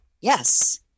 Yes